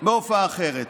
בהופעה אחרת: